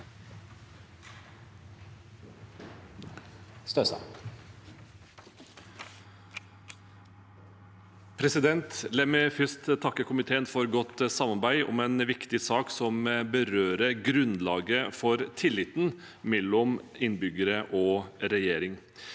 La meg først takke ko- miteen for godt samarbeid om en viktig sak som berører grunnlaget for tilliten mellom innbyggere og regjering.